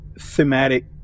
thematic